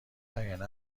وگرنه